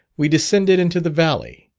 we descended into the valley,